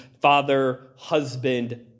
father-husband